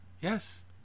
Yes